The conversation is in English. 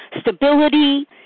stability